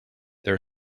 there